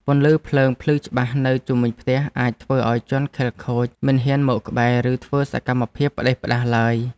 ពន្លឺភ្លើងភ្លឺច្បាស់នៅជុំវិញផ្ទះអាចធ្វើឱ្យជនខិលខូចមិនហ៊ានមកក្បែរឬធ្វើសកម្មភាពផ្តេសផ្តាសឡើយ។